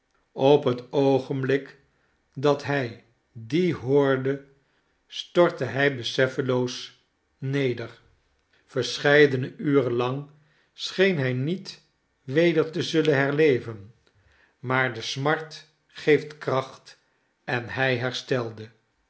op het oogenblik dat hij die hoorde stortte hij beseffeloos neder verscheidene uren lang scheen hij niet weder te zullen herleven maar de smart geeft kracht en hij herstelde